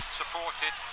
supported